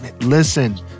Listen